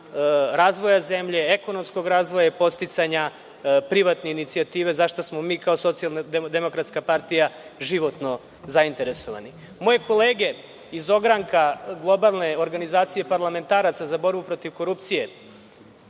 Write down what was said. razvoja zemlje, ekonomskog razvoja i podsticanja privatne inicijative za šta smo mi kao socijal-demokratska partija životno zainteresovani. Moje kolege iz ogranka globalne organizacije parlamentaraca za borbu protiv korupcije,